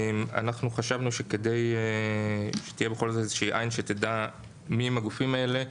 חשבנו שכדי שבכל זאת תהיה איזושהי עין שתדע מי הם הגופים האלה,